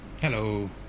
Hello